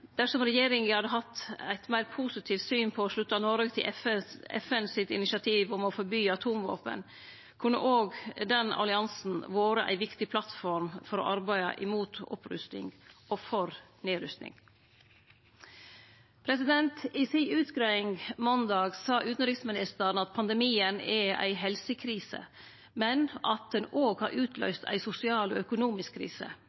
Dersom regjeringa hadde hatt eit meir positivt syn på å slutte Noreg til FN sitt initiativ om å forby atomvåpen, kunne også den alliansen vore ei viktig plattform for å arbeide mot opprusting og for nedrusting. I si utgreiing på måndag sa utanriksministeren at pandemien er ei helsekrise, men at han også har utløyst ei sosial og økonomisk krise.